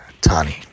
Tani